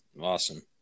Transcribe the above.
Awesome